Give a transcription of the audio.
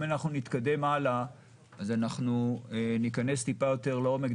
אם נתקדם הלאה וניכנס טיפה יותר לעומק,